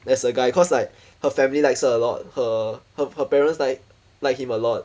as a guy cause like her family likes her a lot her her her parents like like him a lot